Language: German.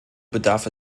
bedarf